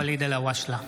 (קורא בשם חבר הכנסת) ואליד אלהואשלה,